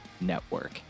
network